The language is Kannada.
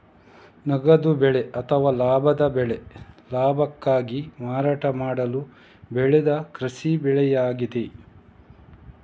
ನಗದು ಬೆಳೆ ಅಥವಾ ಲಾಭದ ಬೆಳೆ ಲಾಭಕ್ಕಾಗಿ ಮಾರಾಟ ಮಾಡಲು ಬೆಳೆದ ಕೃಷಿ ಬೆಳೆಯಾಗಿದೆ